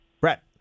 Brett